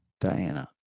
Diana